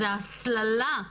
זה הסללה,